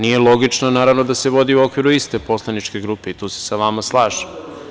Nije logično, naravno, da se vodi u okviru iste poslaničke grupe i tu se sa vama slažem.